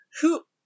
who-